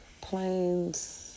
planes